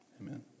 Amen